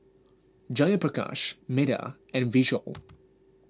Jayaprakash Medha and Vishal